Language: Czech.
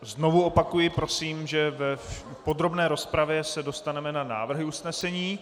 Znovu opakuji, prosím, že v podrobné rozpravě se dostaneme na návrhy usnesení.